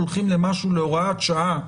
הולכים למשהו להוראת שעה.